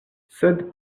sed